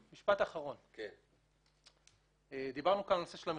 דיברנו כאן על הנושא של המחזור.